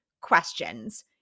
questions